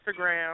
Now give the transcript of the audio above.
Instagram